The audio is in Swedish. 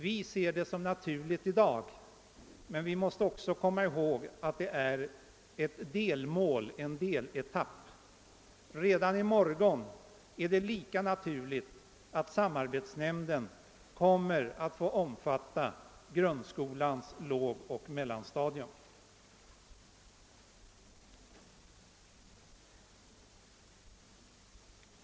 Vi betraktar det i dag som naturligt men måste också komma ihåg att det är ett delmål, en deletapp. Redan i morgon är det lika naturligt att samarbetsnämnden kommer att få omfatta grundskolans lågoch mellanstadium.